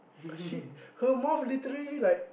she her mouth literally like